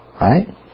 Right